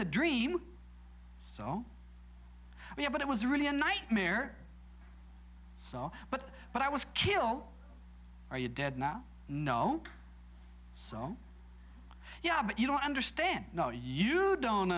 the dream so you know but it was really a nightmare so but but i was kill or you're dead now no so yeah but you don't understand you don't